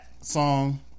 song